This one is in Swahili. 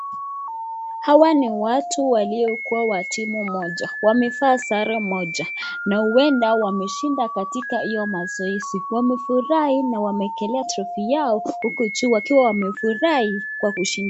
Hawa ni watu walikuwa wa timu moja wamevaa sare moja na huenda wameshinda katika hayo mazoezi wamefurahi wakiwa wamewekelea tropi Yao juu huku wamefurahi kwa kushinda.